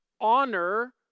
honor